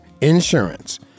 insurance